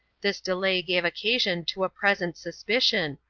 this delay gave occasion to a present suspicion,